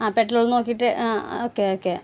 ആ പെട്രോള് നോക്കിയിട്ട് ആ ഓക്കേ ഓക്കേ